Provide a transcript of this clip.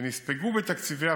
אני הייתי שם, ומאדמת בור